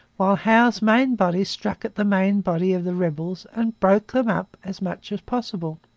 while howe's main body struck at the main body of the rebels and broke them up as much as possible.